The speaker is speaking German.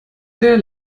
der